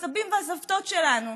הסבים והסבתות שלנו,